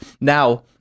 Now